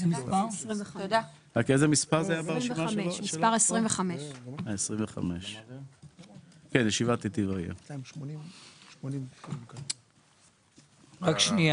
זה פריט מס' 25. דרך אגב,